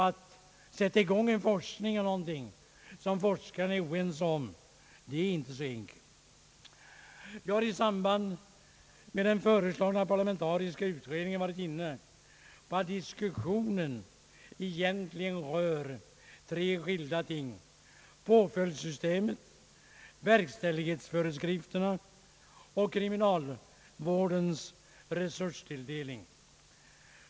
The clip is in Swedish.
Att sätta i gång en forskning rörande något som forskarna blivit oense om är inte så enkelt. Jag var nyss i samband med den föreslagna parlamentariska utredningen inne på att diskussionen egentligen rör tre skilda ting — påföljdssystemet, verkställighetsföreskrifterna och kriminalvårdens resurstilldelning.